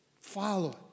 Follow